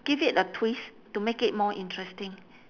give it a twist to make it more interesting